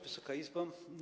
Wysoka Izbo!